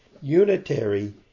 unitary